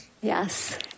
Yes